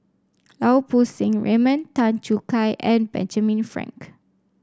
Lau Poo Seng Raymond Tan Choo Kai and Benjamin Frank